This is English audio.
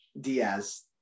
Diaz